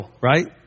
right